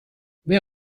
wer